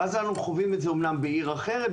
ואז אנחנו חווים את זה אמנם בעיר אחרת,